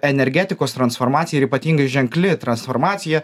energetikos transformacija ir ypatingai ženkli transformacija